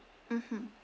mmhmm